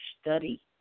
study